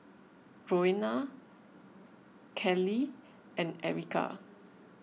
Roena Keli and Erica